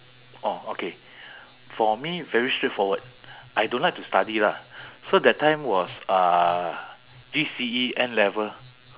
orh okay for me very straightforward I don't like to study lah so that time was uh G_C_E N-level